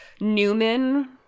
Newman